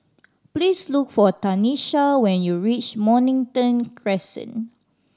please look for Tanisha when you reach Mornington Crescent